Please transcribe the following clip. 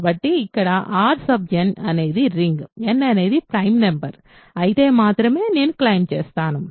కాబట్టి ఇక్కడ R n అనేది రింగ్ n అనేది ప్రైమ్ నెంబర్ అయితే మాత్రమే నేను క్లెయిమ్ చేస్తాను